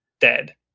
dead